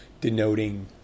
denoting